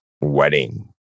wedding